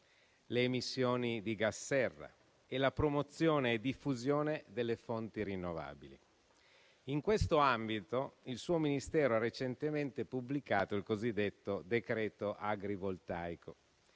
le emissioni di gas serra e la promozione e diffusione delle fonti rinnovabili. In questo ambito il suo Ministero ha recentemente pubblicato il cosiddetto decreto agrivoltaico,